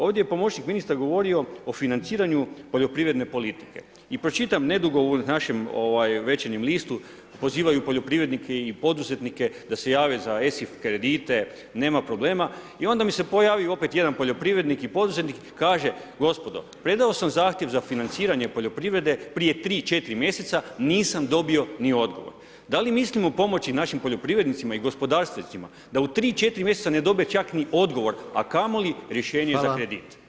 Ovdje je pomoćnik ministra govorio o financiranju poljoprivredne politike i pročitam nedugo u našem Večernjem listu pozivaju poljoprivrednike i poduzetnike da se jave za Esif kredite, nema problema i onda mi se pojavi opet jedan poljoprivrednik i poduzetnik i kaže: gospodo, predao sam zahtjev za financiranje poljoprivrede prije 3, 4 mjeseca, nisam dobio ni odgovor. da li mislimo pomoći našim poljoprivrednicima i gospodarstvenicima da u 3, 4 mjeseca ne dobe čak ni odgovor, a kamoli rješenje za kredit?